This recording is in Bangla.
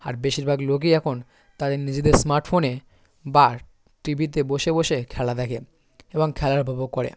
আর বেশিরভাগ লোকই এখন তাদের নিজেদের স্মার্টফোনে বা টি ভিতে বসে বসে খেলা দেখে এবং খেলার উপভোগ করে